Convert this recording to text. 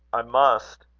i must,